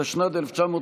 התשנ"ד 1994,